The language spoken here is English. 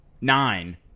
nine